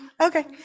Okay